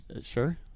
sure